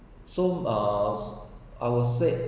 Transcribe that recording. so uh I was said